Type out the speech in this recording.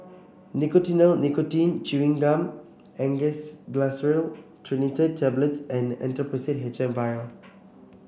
Nicotinell Nicotine Chewing Gum Angised Glyceryl Trinitrate Tablets and Actrapid H M vial